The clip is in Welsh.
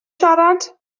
siarad